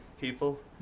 people